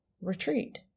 retreat